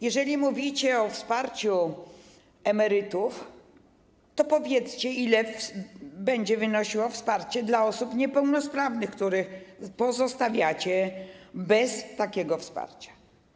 Jeżeli mówicie o wsparciu emerytów, to powiedźcie, ile będzie wynosiło wsparcie dla osób niepełnosprawnych, które pozostawiacie bez takiego wsparcia.